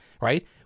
right